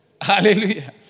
Hallelujah